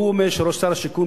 והוא אומר ששר השיכון,